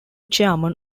chairman